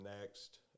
next